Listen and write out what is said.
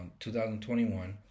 2021